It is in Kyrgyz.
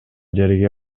жерге